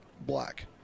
black